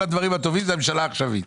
כל הדברים הטובים זו הממשלה העכשווית.